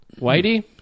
Whitey